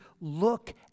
look